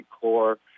core